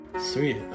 sweet